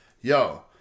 yo